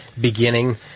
beginning